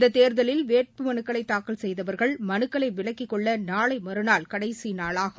இந்த தேர்தலில் வேட்புமனுக்களை தாக்கல் செய்துள்ளவர்கள் மனுக்களை விலக்கிக்கொள்ள நாளை மறுநாள் கடைசி நாளாகும்